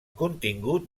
contingut